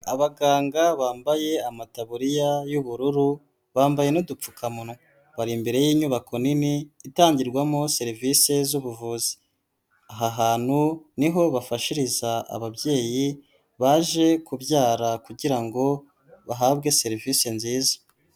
Abaganga bambaye amataburiya y'ubururu bambaye n'udupfukamuwa, bari imbere y'inyubako nini itangirwamo serivisi z'ubuvuzi, aha hantu niho bafashiriza ababyeyi baje kubyara kugira ngo bahabwe serivisi nziza.